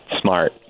smart